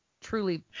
truly